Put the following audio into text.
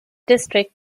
district